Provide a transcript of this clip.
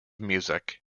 music